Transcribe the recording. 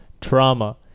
trauma